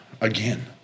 again